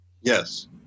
Yes